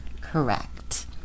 Correct